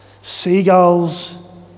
Seagulls